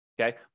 Okay